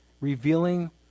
revealing